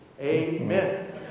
Amen